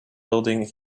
building